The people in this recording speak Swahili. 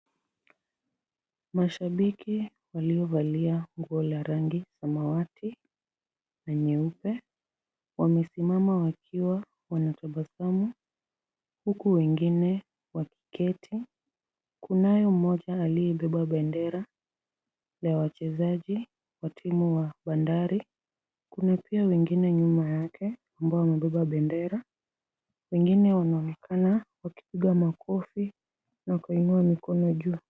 Mashabiki waliovalia nguo la rangi samawati na nyeupe. Wamesimama wakiwa wanatabasamu. Huku wengine wakiketi. Kunao mmoja aliyebeba bendera ya wachezaji wa timu wa Bandari. Kuna pia wengine nyuma yake ambao wamebeba bendera. Wengine wanaonekana wakipiga makofi na kuinua mikono juu.